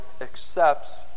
accepts